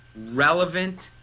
relevant,